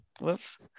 Whoops